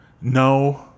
no